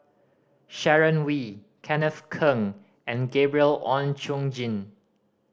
Sharon Wee Kenneth Keng and Gabriel Oon Chong Jin